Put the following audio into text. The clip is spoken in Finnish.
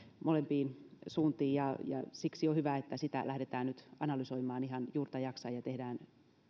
molempiin suuntiin ja ja siksi on hyvä että sitä lähdetään nyt analysoimaan ihan juurta jaksain ja tehdään